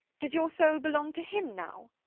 does your soul belong to him now?